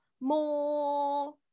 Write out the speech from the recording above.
more